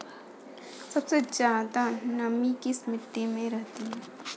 सबसे ज्यादा नमी किस मिट्टी में रहती है?